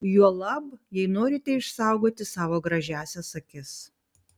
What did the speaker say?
juolab jei norite išsaugoti savo gražiąsias akis